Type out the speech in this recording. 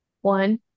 One